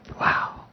Wow